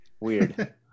Weird